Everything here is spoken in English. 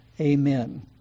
amen